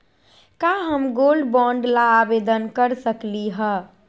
का हम gold bond ला आवेदन कर सकली ह?